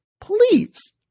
please